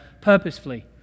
purposefully